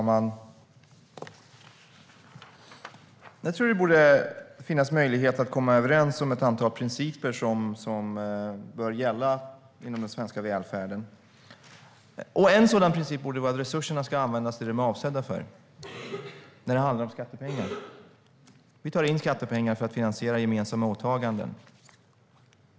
Herr talman! Det borde finnas möjlighet att komma överens om ett antal principer som bör gälla inom den svenska välfärden. En sådan princip borde vara att resurserna ska användas till det de är avsedda för när det handlar om skattepengar. Vi tar in skattepengar för att finansiera gemensamma åtaganden.